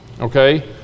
okay